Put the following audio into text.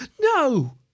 no